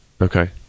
Okay